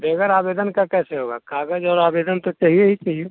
अब बग़ैर आवेदन के कैसे होगा कागज़ और आवेदन तो चाहिए ही चाहिए